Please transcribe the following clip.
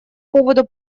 поводу